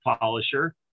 polisher